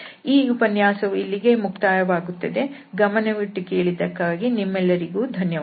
ಈ ಉಪನ್ಯಾಸವು ಇಲ್ಲಿಗೆ ಮುಕ್ತಾಯವಾಗುತ್ತದೆ ಗಮನವಿಟ್ಟು ಕೇಳಿದ್ದಕ್ಕಾಗಿ ನಿಮ್ಮೆಲ್ಲರಿಗೂ ಧನ್ಯವಾದಗಳು